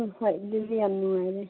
ꯎꯝ ꯍꯣꯏ ꯑꯗꯨꯗꯤ ꯌꯥꯝ ꯅꯨꯡꯉꯥꯏꯔꯦ